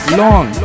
long